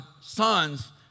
sons